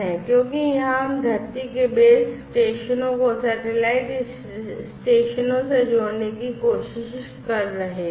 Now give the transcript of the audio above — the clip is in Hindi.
क्योंकि यहां हम धरती के बेस स्टेशनों को सैटेलाइट स्टेशनों से जोड़ने की कोशिश कर रहे हैं